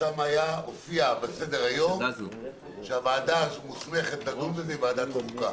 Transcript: ששם הופיע בסדר היום שהוועדה המוסמכת לדון בו היא ועדת החוקה.